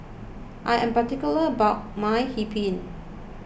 I am particular about my Hee Pan